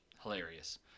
hilarious